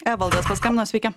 evaldas paskambino sveiki